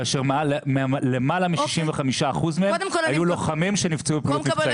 כאשר למעלה מ-65% מהם היו לוחמים שנפצעו בפעילות מבצעית.